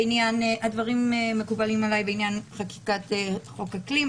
הדברים מקובלים עלי בעניין חקיקת חוק אקלים.